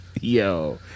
Yo